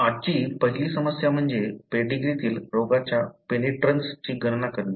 आजची पहिली समस्या म्हणजे पेडीग्रीतील रोगाच्या पेनिट्रन्स ची गणना करणे